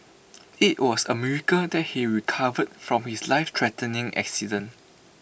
IT was A miracle that he recovered from his lifethreatening accident